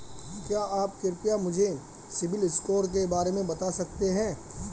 क्या आप कृपया मुझे सिबिल स्कोर के बारे में बता सकते हैं?